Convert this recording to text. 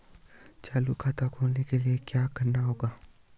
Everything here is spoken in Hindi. चालू खाता खोलने के लिए क्या करना होगा?